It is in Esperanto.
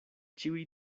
ĉiuj